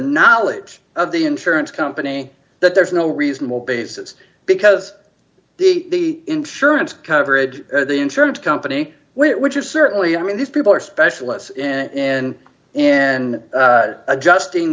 knowledge of the insurance company that there's no reasonable basis because the insurance coverage or the insurance company which is certainly i mean these people are specialists in and adjusting